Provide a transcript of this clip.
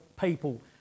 people